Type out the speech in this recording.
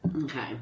Okay